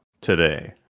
today